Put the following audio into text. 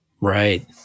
Right